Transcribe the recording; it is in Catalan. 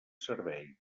servei